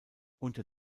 unter